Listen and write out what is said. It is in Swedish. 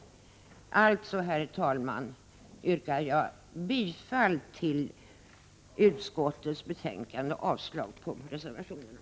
Jag yrkar alltså, herr talman, bifall till utskottets hemställan och avslag på reservationerna.